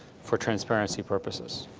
for transparency purposes.